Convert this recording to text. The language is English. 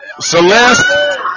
Celeste